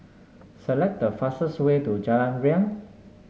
select the fastest way to Jalan Riang